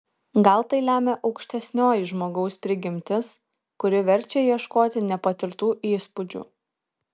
gal tai lemia aukštesnioji žmogaus prigimtis kuri verčia ieškoti nepatirtų įspūdžių